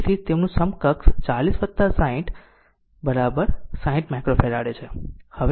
તેથી તેમનું સમકક્ષ 40 20 60 માઈક્રોફેરાડે છે